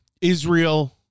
Israel